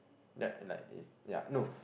that like is yea no